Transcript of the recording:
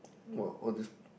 !wah! all these